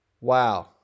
Wow